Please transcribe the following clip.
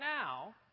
now